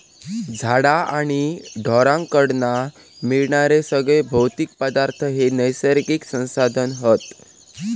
झाडा आणि ढोरांकडना मिळणारे सगळे भौतिक पदार्थ हे नैसर्गिक संसाधन हत